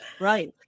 right